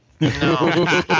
No